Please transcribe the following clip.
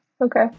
Okay